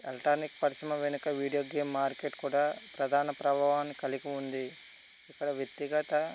electronic పరిశ్రమ వెనుక video game market కూడా ప్రధాన ప్రభావాన్ని కలిగి ఉంది అక్కడ వ్యక్తిగత